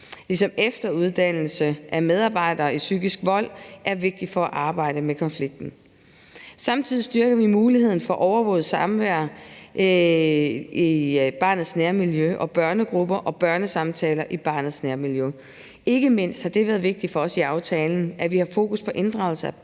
ligesom efteruddannelse af medarbejdere i psykisk vold er vigtigt forarbejde godt sigte i. Samtidig styrker vi muligheden for overvåget samvær i barnets nærmiljø og børnegrupper og børnesamtaler i barnets nærmiljø. Ikke mindst har det været vigtigt for os i aftalen, at vi har fokus på inddragelse af barnet